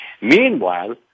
Meanwhile